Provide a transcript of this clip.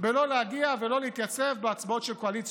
בלא להגיע ולא להתייצב להצבעות של קואליציה